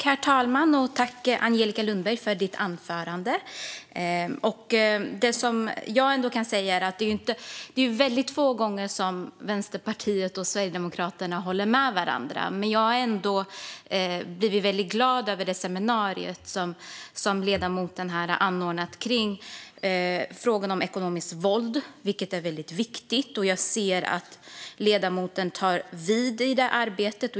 Herr talman! Tack, Angelica Lundberg, för anförandet! Det är väldigt få gånger som Vänsterpartiet och Sverigedemokraterna håller med varandra. Men jag blev väldigt glad över det seminarium som ledamoten här har anordnat om frågan om ekonomiskt våld, vilket är väldigt viktigt. Jag ser att ledamoten tar vid i det arbetet.